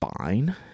fine